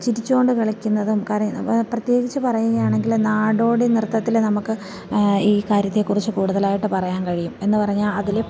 ചിരിച്ചുകൊണ്ട് കളിക്കുന്നതും കര പ്രത്യേകിച്ച് പറയുകയാണെങ്കിൽ നാടോടി നൃത്തത്തിൽ നമുക്ക് ഈ കാര്യത്തെ കുറിച്ച് കൂടുതലായിട്ട് പറയാൻ കഴിയും എന്ന് പറഞ്ഞാൽ അതിൽ